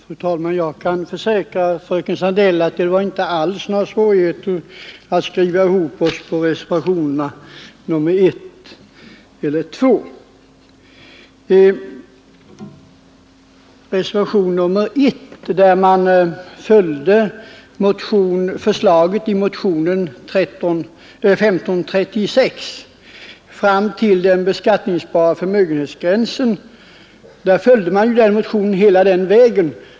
Fru talman! Jag kan försäkra fröken Sandell att vi inte alls hade några svårigheter att skriva ihop oss beträffande reservationerna 1 och 2. I reservationen 1 följde man förslaget i motionen 1536 hela vägen fram till vad som gällde gränsen för den beskattningsbara förmögenheten.